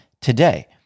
Today